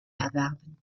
erwerben